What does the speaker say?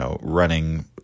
running